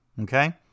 Okay